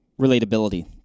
relatability